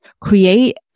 create